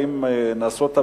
אם הבדיקות באמת נעשות,